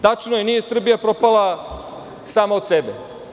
Tačno je, nije Srbija propala samo od sebe.